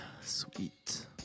Sweet